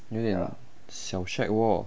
有点小 shag wor